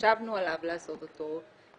שחשבנו עליו, לעשות אותו.